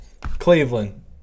Cleveland